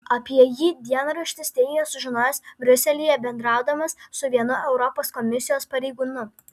apie jį dienraštis teigia sužinojęs briuselyje bendraudamas su vienu europos komisijos pareigūnu